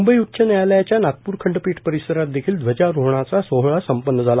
म्ंबई उच्चन्यायालयच्या नागपूर खंडपीठ परिसरात देखील ध्वजारोहणाचा सोहळा संपन्न झाला